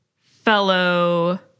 fellow